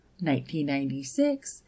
1996